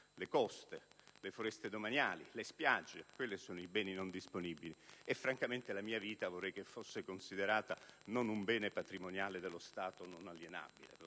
le coste, le foreste demaniali, le spiagge. Quelli sono beni non disponibili, e francamente la mia vita vorrei che non fosse considerata un bene patrimoniale dello Stato non alienabile.